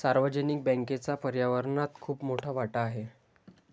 सार्वजनिक बँकेचा पर्यावरणात खूप मोठा वाटा आहे